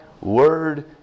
word